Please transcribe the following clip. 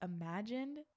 imagined